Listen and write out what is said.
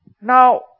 Now